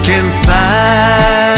inside